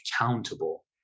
accountable